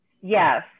Yes